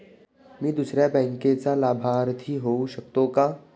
मी दुसऱ्या बँकेचा लाभार्थी होऊ शकतो का?